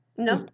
No